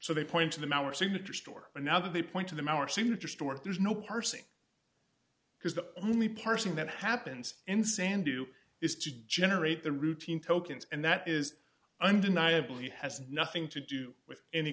so they point to them our signature store but now that they point to them our signature stuart there's no parsing because the only parsing that happens insan do is to generate the routine tokens and that is undeniably has nothing to do with any